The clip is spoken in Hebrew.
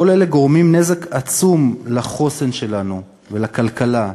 כל אלה גורמים נזק עצום לחוסן שלנו ולכלכלה.